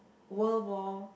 World War